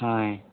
ఆయి